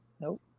Nope